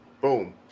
Boom